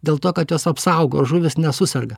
dėl to kad jos apsaugo žuvys nesuserga